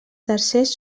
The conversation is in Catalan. tercers